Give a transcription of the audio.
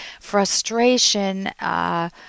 frustration